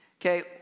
Okay